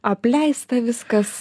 apleista viskas